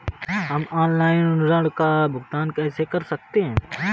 हम ऑनलाइन ऋण का भुगतान कैसे कर सकते हैं?